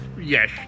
Yes